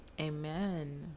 Amen